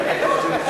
אין לי התאריך.